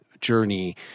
journey